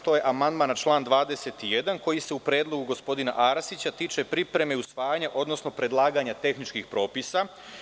To je amandman na član 21. koji se u predlogu gospodina Arsića tiče pripreme i usvajanja, odnosno predlaganja tehničkih propisa.